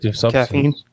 caffeine